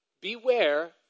beware